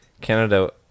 Canada